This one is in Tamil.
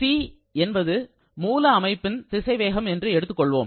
C என்பது மூல அமைப்பின் திசைவேகம் என்று எடுத்துக்கொள்வோம்